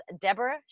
Deborah